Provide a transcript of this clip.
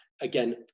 again